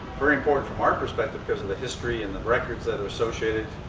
very important from our perspective because of the history and the records that are associated,